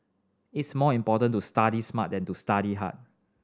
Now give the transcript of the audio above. it's more important to study smart than to study hard